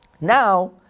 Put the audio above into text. Now